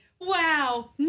Wow